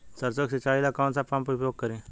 सरसो के सिंचाई ला कौन सा पंप उपयोग करी?